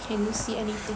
can see anything